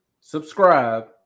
subscribe